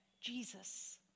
Jesus